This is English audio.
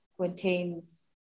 contains